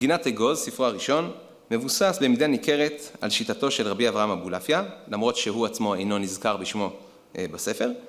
גינת אגוז ספרו הראשון מבוסס במידה ניכרת על שיטתו של רבי אברהם אבולעפיה למרות שהוא עצמו אינו נזכר בשמו בספר